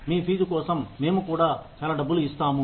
మీ fees కోసం మేము చాలా డబ్బులు ఇస్తాము